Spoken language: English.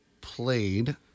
played